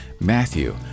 Matthew